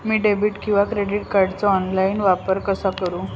मी debit किंवा credit कार्डचा online वापर कसा करु?